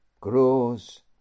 grows